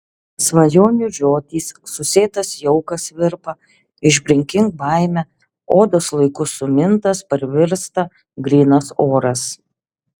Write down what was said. svajonių žiotys susėtas jaukas virpa išbrinkink baimę odos laiku sumintas parvirsta grynas oras